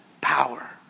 power